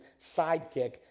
sidekick